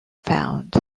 found